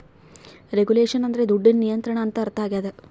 regulation ಅಂದ್ರೆ ದುಡ್ಡಿನ ನಿಯಂತ್ರಣ ಅಂತ ಅರ್ಥ ಆಗ್ಯದ